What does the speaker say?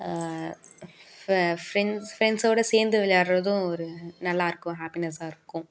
ஃபெ friends ஃப்ரெண்ட்ஸோடு சேர்ந்து விளையாட்றதும் ஒரு நல்லாயிருக்கும் ஹேப்பினெஸ்ஸாக இருக்கும்